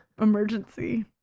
emergency